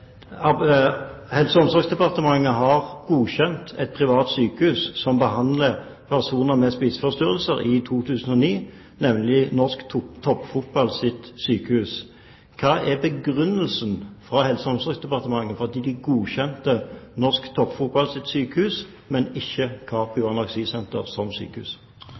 spiseforstyrrelser. Helse- og omsorgsdepartementet har i 2009 godkjent et privat sykehus som behandler personer med spiseforstyrrelser, nemlig Norsk Toppfotballs sykehus. Hva er begrunnelsen for at Helse- og omsorgsdepartementet godkjente Norsk Toppfotballs sykehus, men ikke Capio Anoreksi Senter som sykehus?